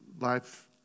life